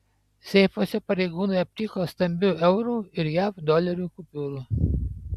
seifuose pareigūnai aptiko stambių eurų ir jav dolerių kupiūrų